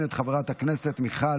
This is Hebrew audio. גם את כבוד השר שלמה קרעי,